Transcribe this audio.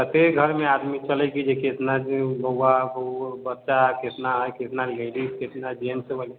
कतेक घरमे आदमी छलए जेकि बौआ बच्चा कितना है कितना लेडीज कितना जेन्टस